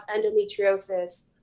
endometriosis